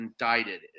indicted